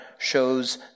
shows